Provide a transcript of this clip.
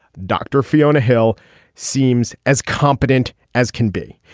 dr. fiona hill seems as competent as can be.